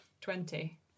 Twenty